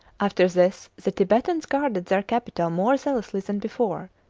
after this the tibetans guarded their capital more zealously than before.